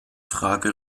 frage